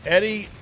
Eddie